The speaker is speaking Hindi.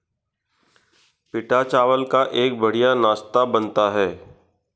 पीटा चावल का एक बढ़िया नाश्ता बनता है